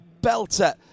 belter